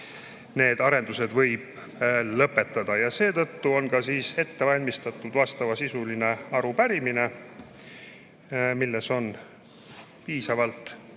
need arendused võib lõpetada. Seetõttu on ette valmistatud vastavasisuline arupärimine, milles on piisavalt